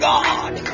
God